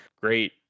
great